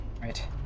Right